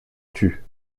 tut